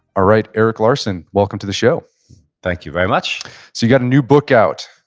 alright, erik larson, welcome to the show thank you very much so you got a new book out,